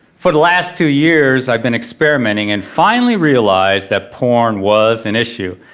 for the last two years i've been experimenting and finally realised that porn was an issue.